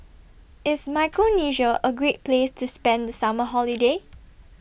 IS Micronesia A Great Place to spend The Summer Holiday